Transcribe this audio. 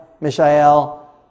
Mishael